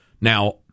Now